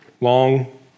Long